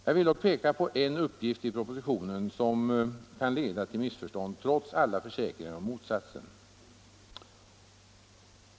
Jag vill peka på en uppgift i propositionen som emellertid kan leda till missförstånd trots alla försäkringar om motsatsen.